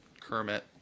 Kermit